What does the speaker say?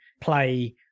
play